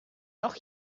noch